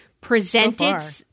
presented